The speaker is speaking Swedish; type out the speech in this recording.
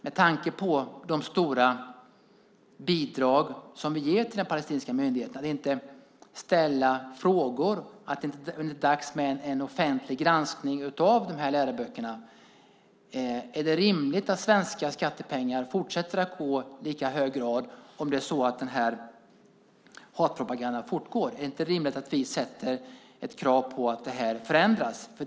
Med tanke på de stora bidrag som vi ger till den palestinska myndigheten, är det inte dags att ställa frågor eller att göra en offentlig granskning av läroböckerna? Är det rimligt att svenska skattepengar i lika hög grad fortsätter att ges? Om hatpropagandan fortgår, är det inte rimligt att vi ställer krav på en förändring?